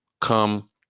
come